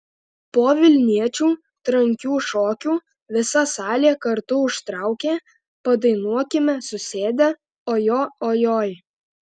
po vilniečių trankių šokių visa salė kartu užtraukė padainuokime susėdę o jo joj